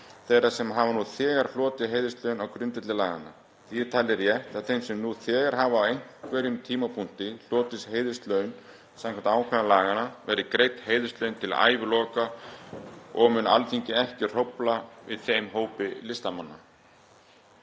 þeirra sem hafa nú þegar hlotið heiðurslaun á grundvelli laganna. Því er talið rétt að þeim sem nú þegar hafa á einhverjum tímapunkti hlotið heiðurslaun samkvæmt ákvæðum laganna verði greidd heiðurslaun til æviloka og mun Alþingi ekki hrófla við þeim hópi listamanna.